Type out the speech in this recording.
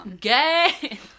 gay